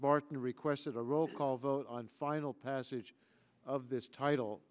martin requested a roll call vote on final passage of this title